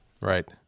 Right